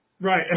Right